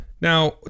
Now